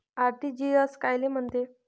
RTGS कायले म्हनते?